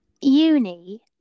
uni